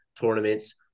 tournaments